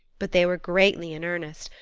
but they were greatly in earnest.